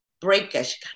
breakage